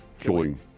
killing